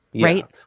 Right